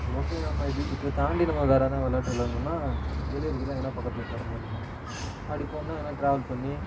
mostly நம்ம இது இதை தாண்டி நம்ம வேறு எதுனா விளாட்டு விளாடணுன்னா வெளியூருக்கு தான் எங்கன்னால் பக்கத்தில் போகிற மாரி இருக்கும் அப்படி போகணுன்னா எங்கனால் ட்ராவல் பண்ணி